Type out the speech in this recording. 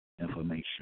information